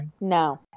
no